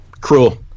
Cruel